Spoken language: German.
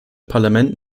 parlament